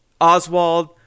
Oswald